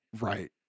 Right